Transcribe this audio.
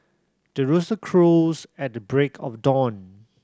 the rooster crows at the break of dawn